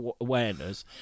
awareness